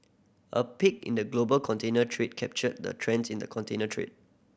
a peek in the global container trade captured the trends in the container trade